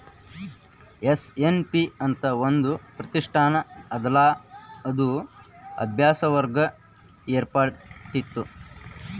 SNP ಅಂತ್ ಒಂದ್ ಪ್ರತಿಷ್ಠಾನ ಅದಲಾ ಅದು ಅಭ್ಯಾಸ ವರ್ಗ ಏರ್ಪಾಡ್ಮಾಡಿತ್ತು